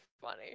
funny